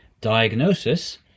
diagnosis